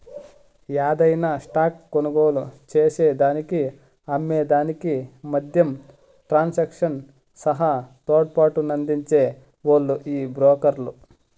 యాదైన స్టాక్ కొనుగోలు చేసేదానికి అమ్మే దానికి మద్యం ట్రాన్సాక్షన్ సహా తోడ్పాటునందించే ఓల్లు ఈ బ్రోకర్లు